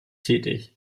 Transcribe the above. tätig